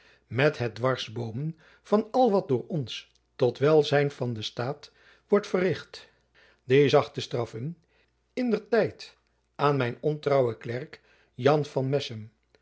met het dwarsboomen van al wat door ons tot welzijn van den staat wordt verricht die zachte straffen in der tijd aan mijn ontrouwen klerk jan van messem